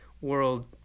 world